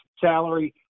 salary